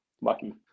lucky